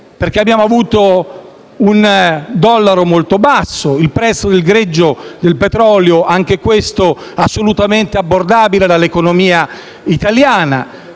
(perché abbiamo avuto un dollaro molto basso, un prezzo del petrolio anch'esso assolutamente abbordabile dall'economia italiana),